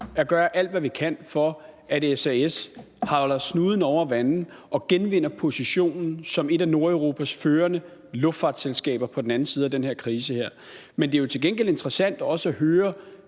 at gøre alt, hvad vi kan, for at SAS holder snuden oven vande og genvinder positionen som et af Nordeuropas førende luftfartsselskaber på den anden side af den her krise. Men det er jo til gengæld interessant også at høre,